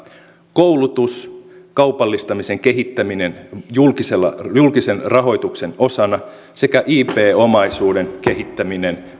koulutus kaupallistamisen kehittäminen julkisen rahoituksen osana sekä ip omaisuuden kehittäminen